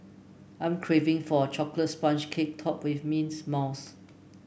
I'm craving for a chocolate sponge cake topped with mints mousse